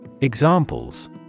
Examples